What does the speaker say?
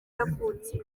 yavutse